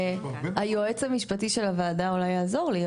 היועץ המשפטי של הוועדה אולי יעזור לי,